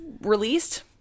released